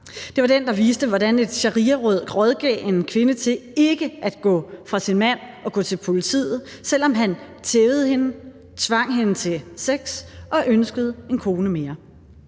Det var den, der viste, hvordan et shariaråd rådgav en kvinde til ikke at gå fra sin mand og gå til politiet, selv om han tævede hende, tvang hende til sex og ønskede en kone mere.